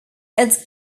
its